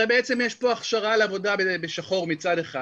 הרי בעצם יש פה הכשרה לעבודה בשחור מצד אחד